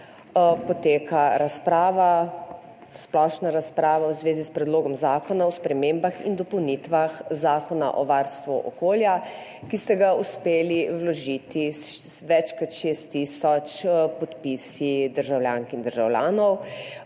poteka razprava, splošna razprava v zvezi s Predlogom zakona o spremembah in dopolnitvah Zakona o varstvu okolja, ki ste ga uspeli vložiti z več kot 6 tisoč podpisi državljank in državljanov.